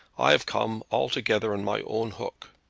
i have come altogether on my own hook.